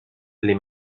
les